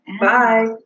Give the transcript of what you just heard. Bye